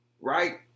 right